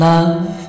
Love